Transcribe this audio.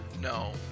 No